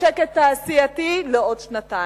לשקט תעשייתי לעוד שנתיים.